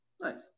nice